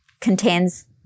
contains